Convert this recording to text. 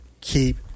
keep